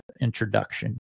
introduction